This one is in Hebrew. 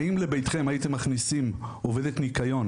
האם לביתכם הייתם מכניסים עובדת ניקיון